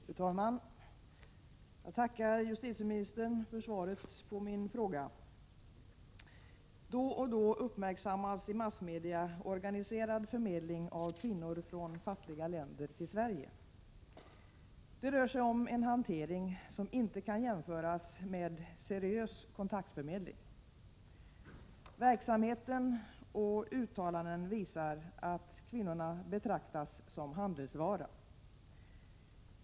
Fru talman! Jag tackar justitieministern för svaret på min fråga. Då och då uppmärksammas i massmedia organiserad förmedling av kvinnor från fattiga länder till Sverige. Det rör sig om en hantering som inte kan jämföras med seriös kontaktförmedling. Verksamheten och uttalandena visar att kvinnorna betraktas som handelsvara.